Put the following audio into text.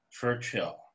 Churchill